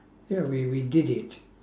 ya we we did it